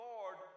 Lord